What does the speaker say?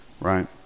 right